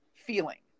feeling